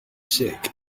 sick